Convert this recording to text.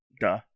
Duh